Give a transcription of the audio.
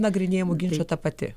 nagrinėjamų ginčų ta pati